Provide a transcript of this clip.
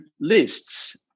lists